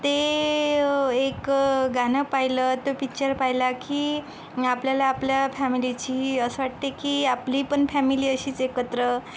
ते एक गाणं पाहिलं तो पिक्चर पाहिला की आपल्याला आपल्या फॅमिलीची असं वाटते की आपली पण फॅमिली अशीच एकत्र